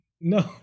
No